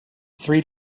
three